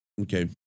okay